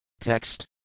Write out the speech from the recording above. Text